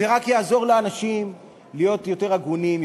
זה רק יעזור לאנשים להיות יותר הגונים,